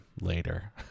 later